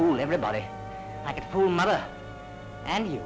for everybody and you